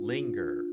Linger